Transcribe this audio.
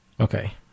Okay